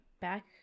back